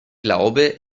glaube